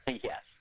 Yes